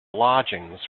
lodgings